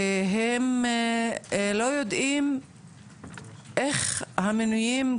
והם לא יודעים איך המינויים,